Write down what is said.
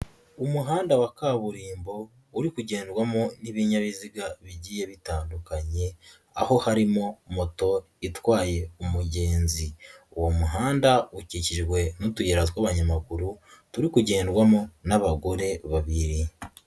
Umuhanda wa kaburimbo, uri kugendwamo n'ibinyabiziga bigiye bitandukanye, aho harimo moto itwaye umugenzi, uwo muhanda ukikijwe n'utuyira tw'abanyamaguru, turi kugendwamo n'abagore babiri.